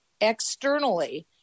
externally